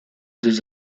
deux